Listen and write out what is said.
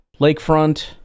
Lakefront